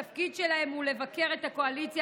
התפקיד שלהם הוא לבקר את הקואליציה